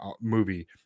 movie